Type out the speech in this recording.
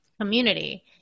community